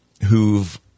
who've –